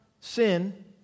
sin